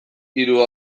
hiru